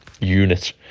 unit